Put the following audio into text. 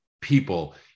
people